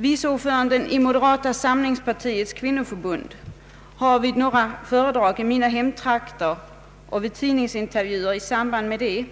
Vice ordföranden i Moderata samlingspartiets kvinnoförbund har vid några föredrag i mina hemtrakter och vid tidningsintervjuer i samband därmed